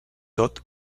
tot